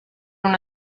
una